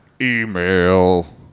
Email